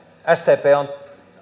sdp on